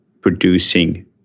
producing